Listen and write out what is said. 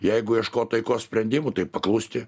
jeigu ieškot taikos sprendimų tai paklusti